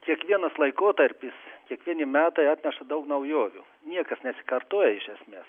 kiekvienas laikotarpis kiekvieni metai atneša daug naujovių niekas nesikartoja iš esmės